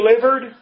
delivered